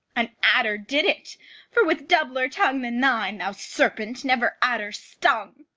an adder did it for with doubler tongue than thine, thou serpent, never adder stung.